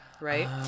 right